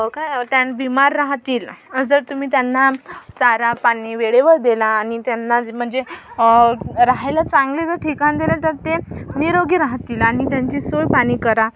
काय त्या बीमार राहतील अन जर तुम्ही त्यांना चारा पाणी वेळेवर देला आणि त्यांना म्हणजे राहायला चांगले जर ठिकाण दिले तर ते निरोगी राहतील आणि त्यांची सोयपाणी करा